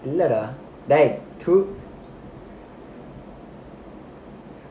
இல்ல:illa dah dey தூ:thoo